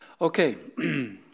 Okay